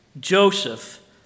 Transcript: Joseph